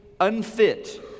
unfit